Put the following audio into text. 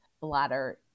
bladder